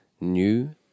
new